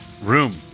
Room